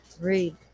Read